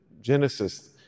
Genesis